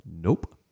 Nope